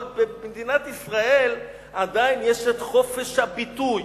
אבל במדינת ישראל עדיין יש חופש הביטוי.